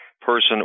person